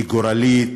היא גורלית,